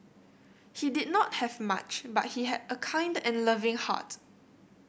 he did not have much but he had a kind and loving heart